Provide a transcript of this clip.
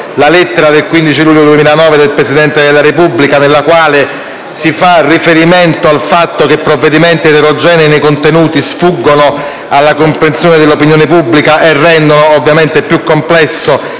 alla lettera del 15 luglio 2009 del Presidente della Repubblica, nella quale si fa riferimento al fatto che provvedimenti eterogenei nei contenuti sfuggono alla comprensione dell'opinione pubblica e rendono ovviamente più complesso